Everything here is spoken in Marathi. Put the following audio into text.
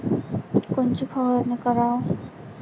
कोनची फवारणी कराव?